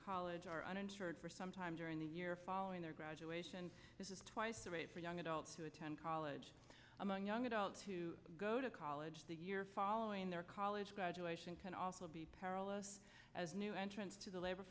college are uninsured for sometime during the year following their graduate this is twice the rate for young adults to attend college among young adults to go to college the year following their college graduation can also be perilous as new entrants to the labor